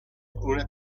una